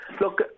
Look